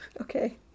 Okay